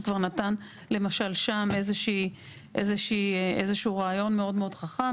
שכבר נתן למשל שם איזה שהוא רעיון מאוד מאוד חכם,